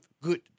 good